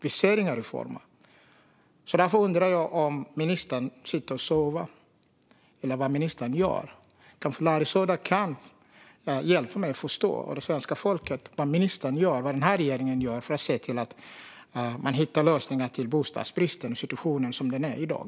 Vi ser inga reformer. Därför undrar jag om ministern sitter och sover eller vad ministern gör. Kanske Larry Söder kan hjälpa mig och svenska folket att förstå vad ministern och regeringen gör för att se till att hitta lösningar på bostadsbristen och den situation som är i dag?